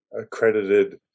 accredited